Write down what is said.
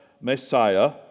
Messiah